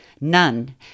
none